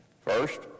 First